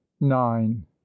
Nine